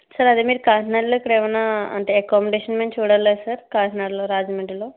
so అదే మీరు కాకినాడలో ఏమన్నా అకామిడేషన్ మేము చూడాలా సార్ కాకినాడలో రాజమండ్రిలో